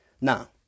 Now